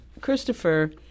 Christopher